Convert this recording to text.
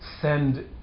send